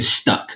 stuck